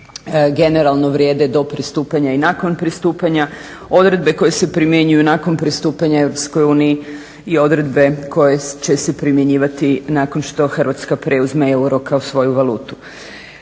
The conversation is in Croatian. generalno vrijede do pristupanja i nakon pristupanja, odredbe koje se primjenjuju nakon pristupanja EU i odredbe koje će se primjenjivati nakon što Hrvatska preuzme euro kao svoju valutu.